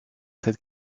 cette